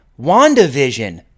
WandaVision